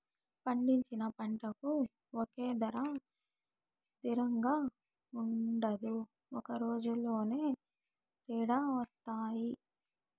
పండించిన పంటకు ఒకే ధర తిరంగా ఉండదు ఒక రోజులోనే తేడా వత్తాయి